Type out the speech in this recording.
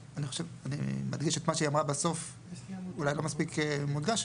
אני מדגיש את מה שהיא אמרה בסוף אולי לא מספיק מודגש.